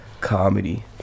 comedy